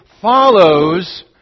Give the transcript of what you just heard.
follows